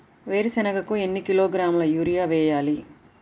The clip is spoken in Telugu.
వేరుశనగకు ఎన్ని కిలోగ్రాముల యూరియా వేయాలి?